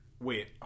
wait